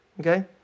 Okay